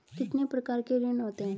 कितने प्रकार के ऋण होते हैं?